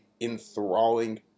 enthralling